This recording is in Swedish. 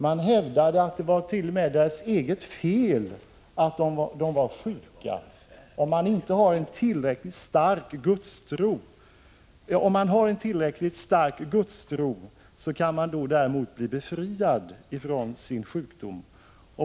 Det hävdades att det var patienternas eget fel att de var sjuka — om man har en tillräckligt stark Gudstro kan man däremot bli befriad från sin sjukdom.